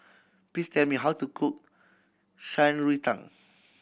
please tell me how to cook Shan Rui Tang